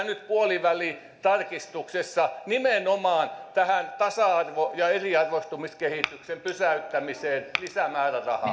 nyt puolivälitarkistuksessa nimenomaan tähän tasa arvoon ja eriarvoistumiskehityksen pysäyttämiseen lisämäärärahaa